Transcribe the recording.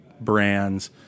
brands